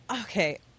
Okay